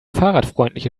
fahrradfreundliche